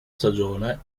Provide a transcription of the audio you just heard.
stagione